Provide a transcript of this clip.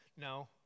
No